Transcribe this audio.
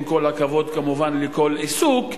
עם כל הכבוד כמובן לכל עיסוק,